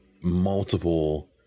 multiple